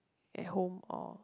at home or